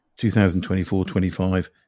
2024-25